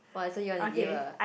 !wah! so you wanna give ah